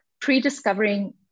pre-discovering